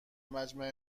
مجمع